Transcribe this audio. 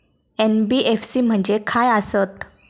NBFC म्हणजे खाय आसत?